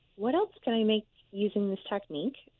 what else can i make using this technique?